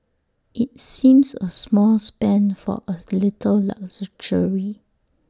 IT seems A small spend for A little luxury